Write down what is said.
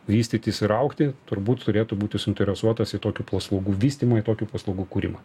vystytis ir augti turbūt turėtų būti suinteresuotas tokių paslaugų vystymui tokių paslaugų kūrimą